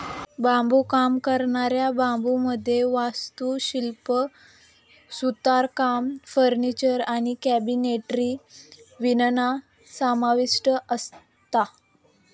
बांबुकाम करणाऱ्या बांबुमध्ये वास्तुशिल्प, सुतारकाम, फर्निचर आणि कॅबिनेटरी विणणा समाविष्ठ असता